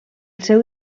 seu